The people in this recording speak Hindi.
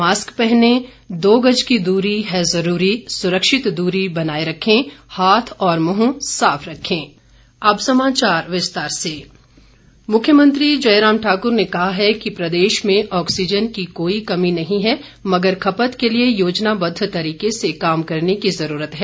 मास्क पहनें दो गज दूरी है जरूरी सुरक्षित दूरी बनाये रखें हाथ और मुंह साफ रखें और अब समाचार विस्तार से मुख्यमंत्री मुख्यमंत्री जयराम ठाकुर ने कहा है कि प्रदेश में ऑक्सीजन की कोई कमी नहीं है मगर खपत के लिए योजनाबद्व तरीके से काम करने की ज़रूरत है